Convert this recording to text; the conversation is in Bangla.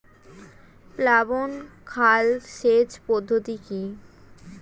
প্লাবন খাল সেচ পদ্ধতি কি?